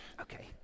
okay